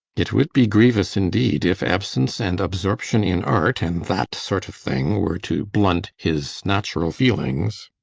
it would be grievous indeed, if absence and absorption in art and that sort of thing were to blunt his natural feelings.